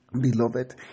Beloved